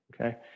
okay